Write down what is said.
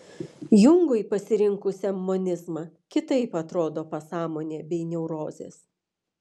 jungui pasirinkusiam monizmą kitaip atrodo pasąmonė bei neurozės